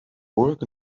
work